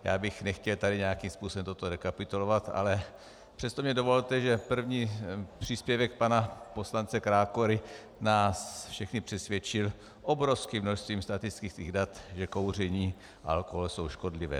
Já bych nechtěl nějakým způsobem toto rekapitulovat, ale přesto mi dovolte, že první příspěvek pana poslance Krákory nás všechny přesvědčil obrovským množstvím statistických dat, že kouření a alkohol jsou škodlivé.